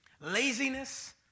laziness